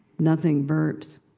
nothing burps.